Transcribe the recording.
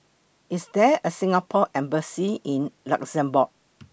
IS There A Singapore Embassy in Luxembourg